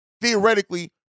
theoretically